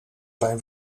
zijn